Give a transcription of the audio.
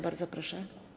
Bardzo proszę.